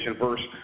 Versus